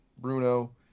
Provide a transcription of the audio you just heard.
Bruno